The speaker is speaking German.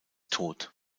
tot